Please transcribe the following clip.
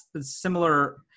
Similar